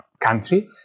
country